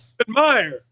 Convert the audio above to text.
Admire